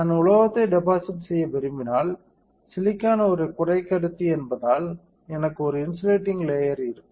நான் உலோகத்தை டெபாசிட் செய்ய விரும்பினால் சிலிக்கான் ஒரு குறைக்கடத்தி என்பதால் எனக்கு ஒரு இன்சுலேடிங் லேயர் இருக்கும்